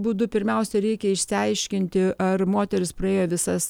būdu pirmiausia reikia išsiaiškinti ar moteris praėjo visas